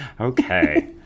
Okay